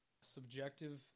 Subjective